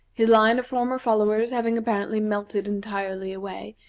his line of former followers having apparently melted entirely away,